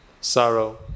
Sorrow